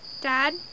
Dad